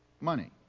money